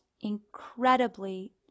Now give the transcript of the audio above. incredibly